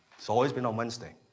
it's always been on wednesday.